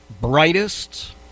brightest